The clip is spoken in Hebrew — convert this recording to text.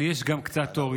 יש גם קצת אור.